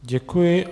Děkuji.